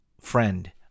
Friend